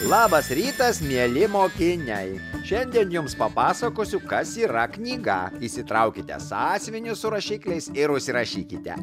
labas rytas mieli mokiniai šiandien jums papasakosiu kas yra knyga išsitraukite sąsiuvinį su rašikliais ir užsirašykite